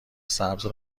سبز